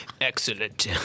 Excellent